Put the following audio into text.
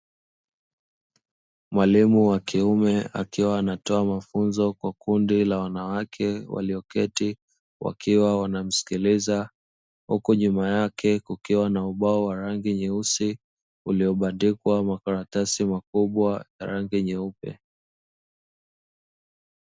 Mwalimu wa kiume akiwa anatoa mafunzo kwa kundi la wanawake, walioketi wakiwa wanamsikiliza, huku nyuma yake kukiwa na ubao wa rangi nyeusi uliobandikwa makaratasi makubwa ya rangi nyeupe.